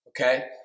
okay